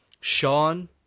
Sean